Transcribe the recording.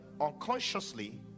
unconsciously